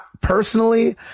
personally